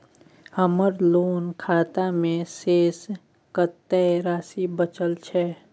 हमर लोन खाता मे शेस कत्ते राशि बचल छै?